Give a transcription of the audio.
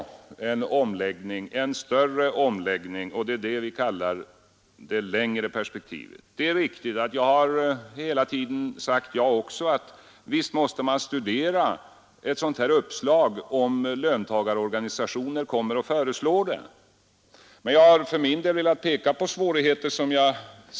Sedan diskuterade jag en större omläggning, och det är vad vi kallar det längre perspektivet. Det är riktigt att jag hela tiden sagt att man måste studera uppslag som kommer från löntagarorganisationerna, men jag har velat peka på svårigheterna.